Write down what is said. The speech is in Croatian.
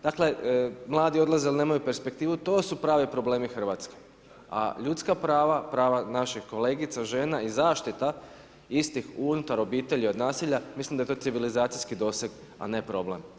Dakle mladi odlaze jer nemaju perspektivu, to su pravi problemi Hrvatske a ljudska prava, prava naših kolegica, žena i zaštita istih unutar obitelji od nasilja, mislim da je to civilizacijski doseg a ne problem.